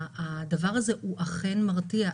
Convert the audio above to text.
הדבר הזה אכן מרתיע.